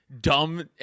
Dumb